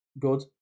good